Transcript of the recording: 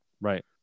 Right